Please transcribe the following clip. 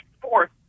fourth